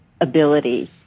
ability